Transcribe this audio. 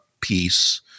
peace